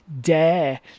dare